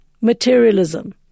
materialism